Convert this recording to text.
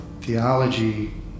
theology